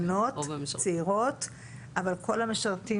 רוב המשרתות